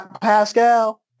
Pascal